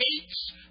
hates